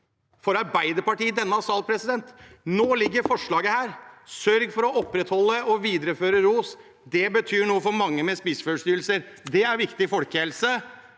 for Arbeiderpartiet i denne salen. Nå ligger forslaget her om å sørge for å opprettholde og videreføre ROS. Det betyr noe for mange med spiseforstyrrelser, det er viktig folkehelse.